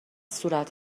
صورت